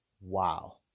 wow